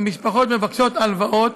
המשפחות מבקשות הלוואות,